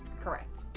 correct